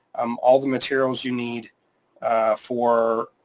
um all the materials you need for